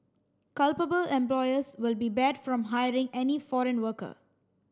culpable employers will be barred from hiring any foreign worker